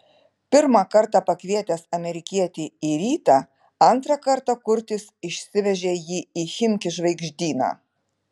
pirmą kartą pakvietęs amerikietį į rytą antrą kartą kurtis išsivežė jį į chimki žvaigždyną